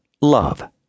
love